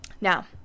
Now